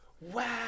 Wow